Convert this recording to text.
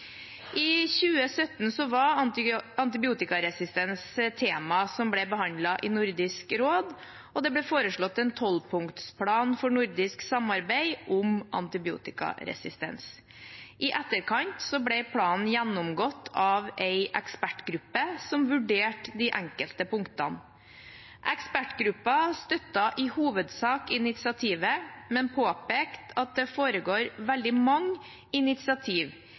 I 2017 var antibiotikaresistens et tema som ble behandlet i Nordisk råd, og det ble foreslått en tolvpunktsplan for nordisk samarbeid om antibiotikaresistens. I etterkant ble planen gjennomgått av en ekspertgruppe som vurderte de enkelte punktene. Ekspertgruppen støttet i hovedsak initiativet, men påpekte at det foregår veldig mange